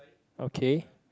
okay